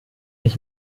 ich